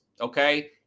Okay